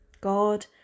God